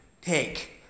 take